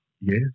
Yes